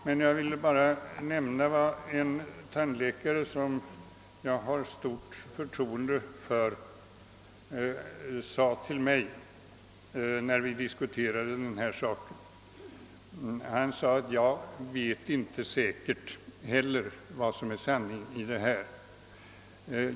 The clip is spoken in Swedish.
Jag vill härutöver bara nämna vad en tandläkare som jag har stort förtroende för, sade till mig när vi diskuterade den här saken. Han sade: »Jag vet inte heller säkert vad som är sanning.